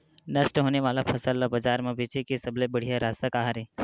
नष्ट होने वाला फसल ला बाजार मा बेचे के सबले बढ़िया रास्ता का हरे?